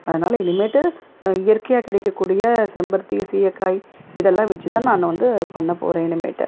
அதனால் இனிமேட்டு இயற்கையாக கிடைக்கக்கூடிய செம்பருத்தி சீயக்காய் இதெல்லாம் வச்சிதான் நான் வந்து பண்ண போகிறேன் இனிமேட்டு